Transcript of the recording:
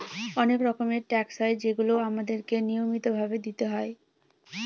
অনেক রকমের ট্যাক্স হয় যেগুলো আমাদেরকে নিয়মিত ভাবে দিতে হয়